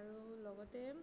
আৰু লগতে